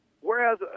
whereas